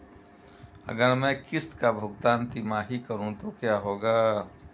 अगर मैं किश्त का भुगतान तिमाही में करूं तो क्या होगा?